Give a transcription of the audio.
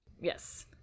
Yes